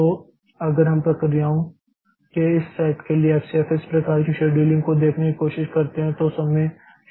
तो अगर हम प्रक्रियाओं के इस सेट के लिए FCFS प्रकार की शेड्यूलिंग को देखने की कोशिश करते हैं तो समय 0 पर पी 1 आ गया है